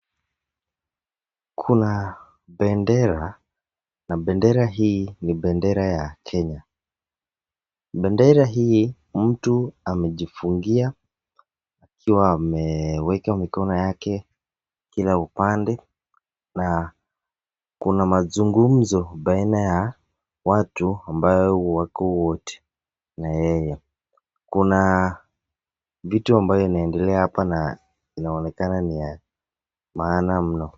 Kuna bendera, na bandera hii ni bendera hii ya kenya, bendera hii mtu amejifungia akiwa ameweka mikono yake kila upande na kuna mazungumuzo baina ya watu ambayo wako[ward] na yeye kuna vitu ambayo inaendelea hapa na inaonekana ni ya maana mno